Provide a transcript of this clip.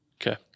Okay